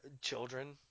children